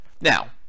Now